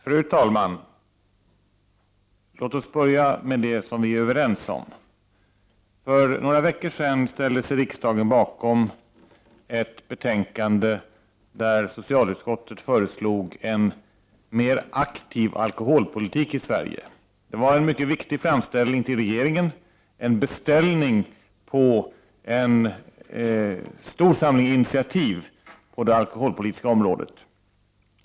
Herr talman! Låt oss börja med det som vi är överens om. För några veckor sedan ställde sig riksdagen bakom ett betänkande där socialutskottet föreslog en mera aktiv alkoholpolitik i Sverige. Det var en mycket viktig framställning till regeringen, en beställning på en stor samling initiativ på det alkoholpolitiska området.